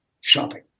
shopping